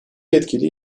yetkili